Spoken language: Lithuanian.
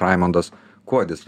raimundas kuodis